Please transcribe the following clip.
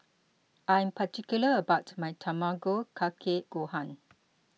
I'm particular about my Tamago Kake Gohan